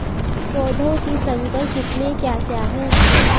पौधों की संकर किस्में क्या क्या हैं?